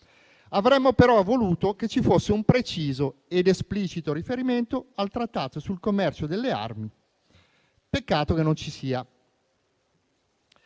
Avremmo però voluto che ci fosse un preciso ed esplicito riferimento al Trattato sul commercio delle armi. Peccato che non ci sia.